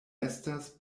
estas